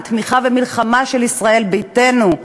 עם תמיכה ומלחמה של ישראל ביתנו,